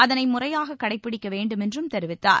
அதனை முறையாக கடைப்பிடிக்க வேண்டுமென்றும் தெரிவித்தார்